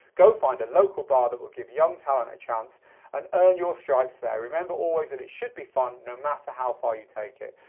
go find a local bar that will give young talent a chance and earn your stripes there. remember always that it should be fun no matter how far you take it.